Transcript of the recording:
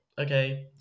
Okay